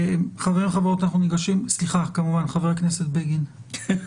חבר הכנסת בגין, בבקשה.